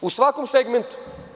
U svakom segmentu.